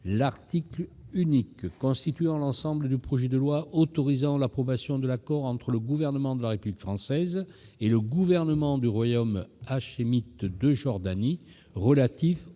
l'article unique constituant l'ensemble du projet de loi autorisant l'approbation de l'accord entre le Gouvernement de la République française et le Gouvernement du Royaume hachémite de Jordanie relatif au